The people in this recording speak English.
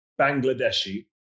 Bangladeshi